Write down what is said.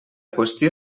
qüestió